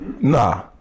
Nah